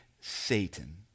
Satan